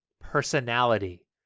personality